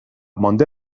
مانده